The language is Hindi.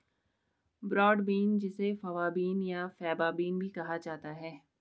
ब्रॉड बीन जिसे फवा बीन या फैबा बीन भी कहा जाता है